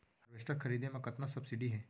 Harvester खरीदे म कतना सब्सिडी हे?